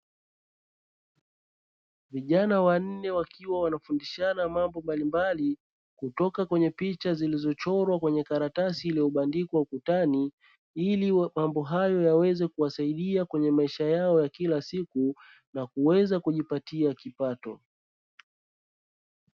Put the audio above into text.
Vijana wanne wakiwa wanafundishana mambo mbalimbali kutoka kwenye picha zilizochorwa kwenye karatasi, iliyobandikwa ukutani ili mambo hayo yaweze kuwasaidia kwenye maisha yao ya kila siku na kuweza kujipatia kipato.